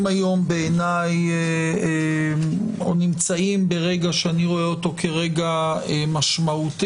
היום או נמצאים ברגע שאני רואה אותו כרגע משמעותי,